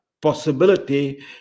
possibility